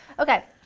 okay,